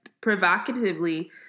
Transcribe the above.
provocatively